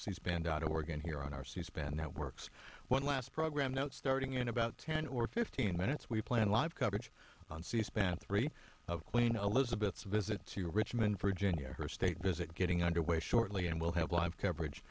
c span dot org and here on our c span networks one last program note starting in about ten or fifteen minutes we plan live coverage on c span three of queen elizabeth's visit to richmond virginia her state visit getting under way shortly and we'll have live coverage